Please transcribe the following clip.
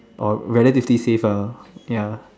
or relatively safe ah ya